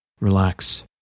relax